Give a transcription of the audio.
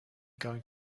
going